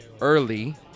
early